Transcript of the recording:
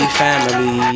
family